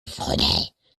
fouquet